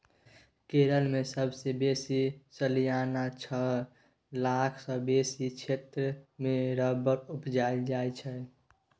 केरल मे सबसँ बेसी सलियाना छअ लाख सँ बेसी क्षेत्र मे रबर उपजाएल जाइ छै